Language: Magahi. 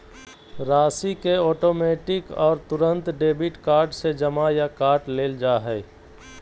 राशि के ऑटोमैटिक और तुरंत डेबिट कार्ड से जमा या काट लेल जा हइ